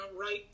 right